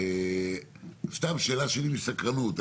סתם שאלה שלי מסקרנות,